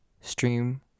stream